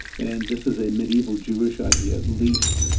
and this is a medieval jewish idea, at least,